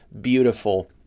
beautiful